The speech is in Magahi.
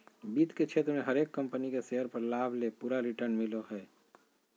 वित्त के क्षेत्र मे हरेक कम्पनी के शेयर पर लाभ ले पूरा रिटर्न मिलो हय